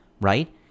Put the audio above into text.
right